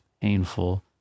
painful